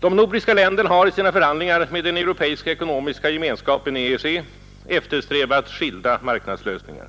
De nordiska länderna har i sina förhandlingar med den europeiska ekonomiska gemenskapen, EEC, eftersträvat skilda marknadslösningar.